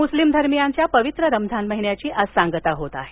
मुस्लीम धर्मियांच्या पवित्र रमम्मान महिन्याची आज सांगता होत आहे